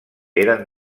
eren